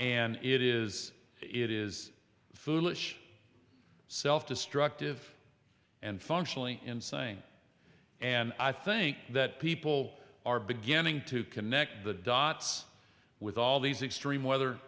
and it is it is foolish self destructive and functionally insane and i think that people are beginning to connect the dots with all these extreme weather